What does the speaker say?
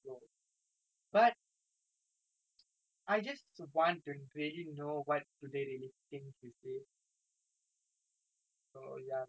want to really know what do they really think you see so ya lah some people you can't அவங்களுக்கு புரியாது:avangalukku puriyaathu lah